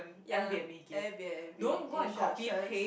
ya Airbnb instructions